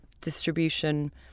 distribution